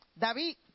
David